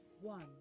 one